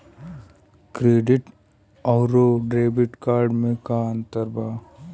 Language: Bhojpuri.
क्रेडिट अउरो डेबिट कार्ड मे का अन्तर बा?